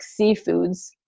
seafoods